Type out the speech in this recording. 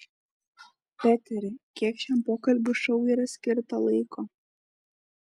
peteri kiek šiam pokalbių šou yra skirta laiko